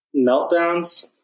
meltdowns